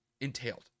entailed